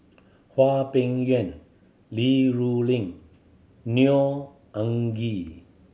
Hwang Peng Yuan Li Rulin Neo Anngee